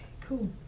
cool